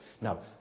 Now